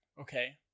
okay